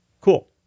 Cool